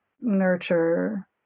nurture